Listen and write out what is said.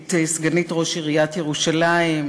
היית סגנית ראש עיריית ירושלים,